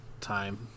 time